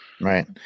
Right